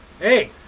hey